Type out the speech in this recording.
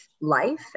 life